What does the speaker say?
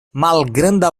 malgranda